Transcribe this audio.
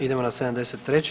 Idemo na 73.